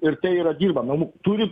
ir tai yra dirba namų turi